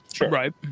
Right